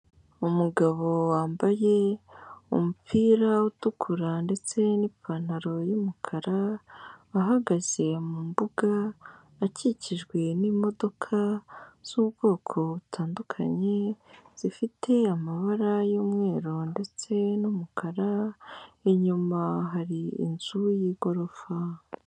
Umugabo wambaye umupira utukura ndetse n'ipantaro y'umukara ahagaze mu mbuga, akikijwe n'imodoka z'ubwoko butandukanye, zifite amabara y'umweru ndetse n'umukara, inyuma hari inzu y'igorofa.